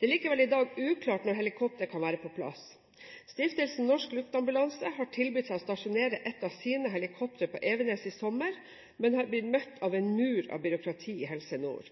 Det er likevel per i dag uklart når helikopter kan være på plass. Norsk Luftambulanse har tilbudt seg å stasjonere et av sine helikoptre på Evenes i sommer, men har møtt en mur av byråkrati i Helse Nord.